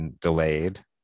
delayed